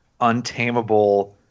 untamable